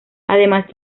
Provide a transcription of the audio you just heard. además